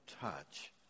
touch